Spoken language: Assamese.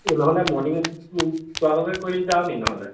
নহ'লে মৰ্ণিং ৱাককে কৰিব যাওঁ নেকি নহ'লে